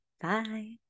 Bye